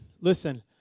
listen